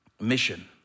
mission